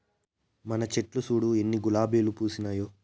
మన చెట్లు చూడు ఎన్ని గులాబీలు పూసినాయో